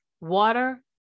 water